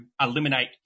eliminate